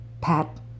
Pat